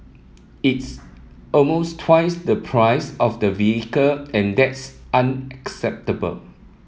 it's almost twice the price of the vehicle and that's unacceptable